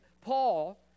Paul